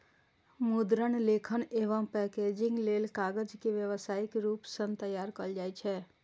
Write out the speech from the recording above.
मुद्रण, लेखन एवं पैकेजिंग लेल कागज के व्यावसायिक रूप सं तैयार कैल जाइ छै